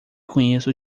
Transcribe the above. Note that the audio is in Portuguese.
conheço